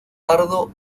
pardo